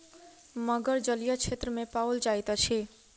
मगर जलीय क्षेत्र में पाओल जाइत अछि